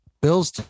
Bills